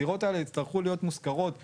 הדירות האלה יצטרכו להיות מושכרות לצמיתות,